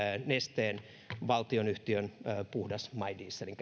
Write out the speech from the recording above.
nesteen valtionyhtiön puhdas my dieselin